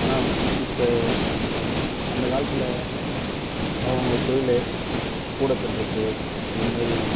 ஆனால் இப்போ அந்த காலத்தில் அவங்க தொழில் கூட பின்னுறது இதுமாரி